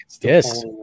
Yes